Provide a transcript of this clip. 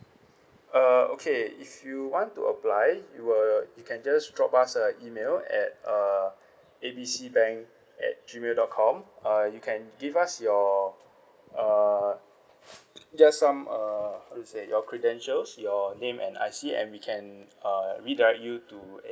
uh okay if you want to apply you will you can just drop us a email at uh A B C bank at gmail dot com uh you can give us your uh just some uh how to say your credentials your name and I_C and we can uh redirect you to